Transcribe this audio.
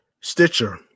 Stitcher